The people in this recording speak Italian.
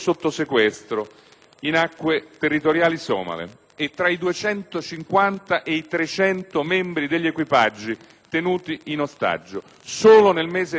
in acque territoriali somale e tra i 250 e i 300 i membri degli equipaggi tenuti in ostaggio. Solo nel mese di ottobre